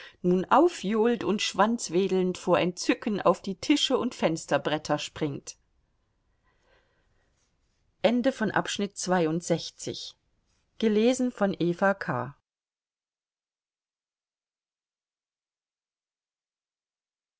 nun aufjohlt und schwanzwedelnd vor entzücken auf die tische und fensterbretter springt